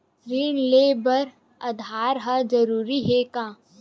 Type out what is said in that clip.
ऋण ले बर आधार ह जरूरी हे का?